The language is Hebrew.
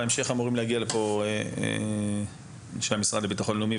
בהמשך יגיעו לפה נציגים מהמשרד לביטחון לאומי.